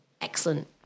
Excellent